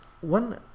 one